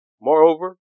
Moreover